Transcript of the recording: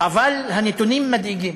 אבל הנתונים מדאיגים.